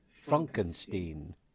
Frankenstein